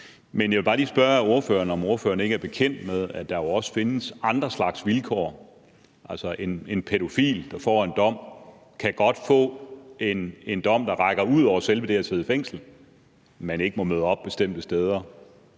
Jeg vil bare lige spørge ordføreren, om ordføreren ikke er bekendt med, at der jo også findes andre slags vilkår. En pædofil, der får en dom, kan godt få en dom, der rækker ud over selve det at sidde i fængsel, f.eks. at man ikke må møde op bestemte steder,